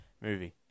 movie